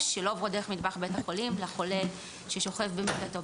שלא עוברות דרך מטבח בית החולים לחולה ששוכב במיטתו.